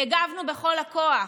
הגבנו בכל הכוח.